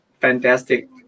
fantastic